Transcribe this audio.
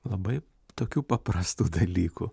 labai tokių paprastų dalykų